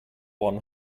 one